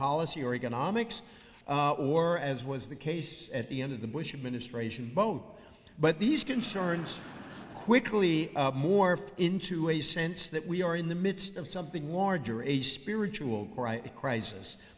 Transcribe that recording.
policy or economics or as was the case at the end of the bush administration boat but these concerns quickly morphed into a sense that we are in the midst of something larger a spiritual cr